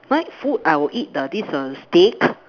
night food I will eat the this err steak